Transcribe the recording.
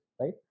Right